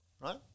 right